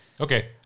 Okay